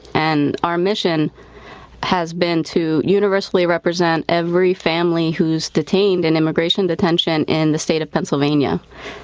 and our mission has been to universally represent every family whose detained in immigration detention in the state of pennsylvania.